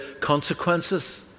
consequences